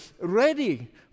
ready